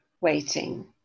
waiting